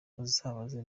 uzabaze